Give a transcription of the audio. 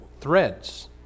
threads